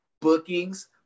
bookings